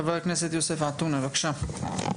חבר הכנסת יוסף עטאונה, בבקשה.